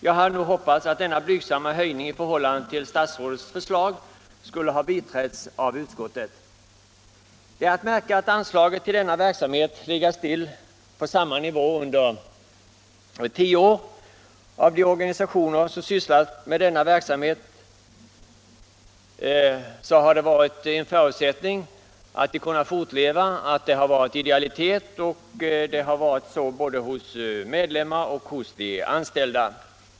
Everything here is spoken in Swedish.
Jag hade nog hoppats att denna blygsamma höjning i förhållande till statsrådets förslag skulle ha biträtts av utskottet. Det är att märka att anslaget till denna verksamhet legat stilla på samma nivå under tio år. Förutsättningen för att de organisationer som sysslar med denna verksamhet kunnat fortleva har varit idealitet hos såväl medlemmar som anställda.